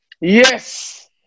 Yes